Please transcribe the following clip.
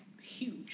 huge